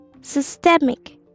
systemic